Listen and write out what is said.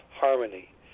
harmony